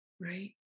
Right